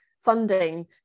funding